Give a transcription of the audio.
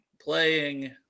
playing